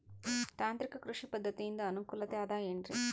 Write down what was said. ತಾಂತ್ರಿಕ ಕೃಷಿ ಪದ್ಧತಿಯಿಂದ ಅನುಕೂಲತೆ ಅದ ಏನ್ರಿ?